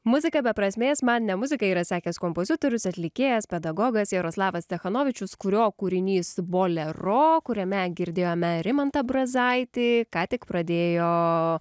muzika be prasmės man ne muzika yra sakęs kompozitorius atlikėjas pedagogas jaroslavas cechanovičius kurio kūrinys bolero kuriame girdėjome rimantą brazaitį ką tik pradėjo